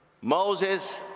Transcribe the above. Moses